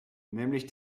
nämlich